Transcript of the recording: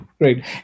great